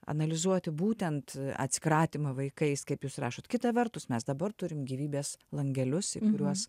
analizuoti būtent atsikratymą vaikais kaip jūs rašot kita vertus mes dabar turim gyvybės langelius į kuriuos